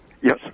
Yes